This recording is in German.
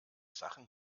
sachen